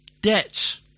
debt